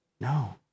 No